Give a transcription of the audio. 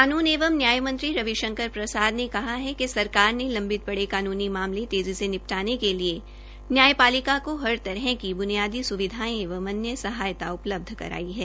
कानून एवं न्याय मंत्री रवि शंकर प्रसाद ने कहा है कि सरकार ने लंबित पड़े कानूनी मामले तेज़ी से निपटाने के लिए न्यायपालिका को हर तरह की ब्नियादी सुविधायें एंव अन्य सहायता उपलब्ध कराई है